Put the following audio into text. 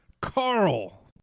Carl